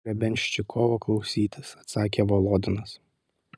negaliu grebenščikovo klausytis atsakė volodinas